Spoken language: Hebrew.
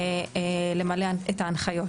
למלא את ההנחיות.